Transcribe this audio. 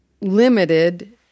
limited